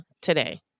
today